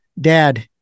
Dad